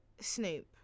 Snoop